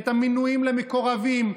את המינויים של מקורבים,